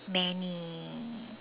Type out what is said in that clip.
many